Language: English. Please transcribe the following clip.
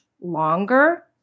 longer